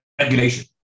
regulation